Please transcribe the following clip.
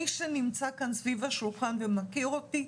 מי שנמצא כאן סביב השולחן ומכיר אותי,